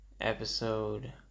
episode